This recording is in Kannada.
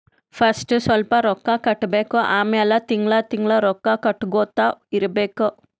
ಫಸ್ಟ್ ಸ್ವಲ್ಪ್ ರೊಕ್ಕಾ ಕಟ್ಟಬೇಕ್ ಆಮ್ಯಾಲ ತಿಂಗಳಾ ತಿಂಗಳಾ ರೊಕ್ಕಾ ಕಟ್ಟಗೊತ್ತಾ ಇರ್ಬೇಕ್